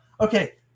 Okay